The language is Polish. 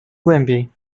głębiej